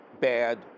bad